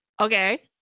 Okay